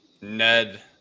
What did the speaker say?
Ned